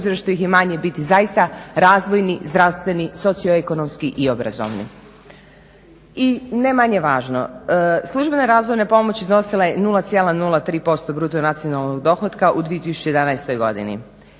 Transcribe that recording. obzira što ih je manje biti zaista razvojni, zdravstveni, socijalno-ekonomski i obrazovni. I ne manje važno, službene razvojna pomoć iznosila je 0,03% bruto nacionalnog dohotka u 2011. godini.